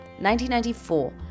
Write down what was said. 1994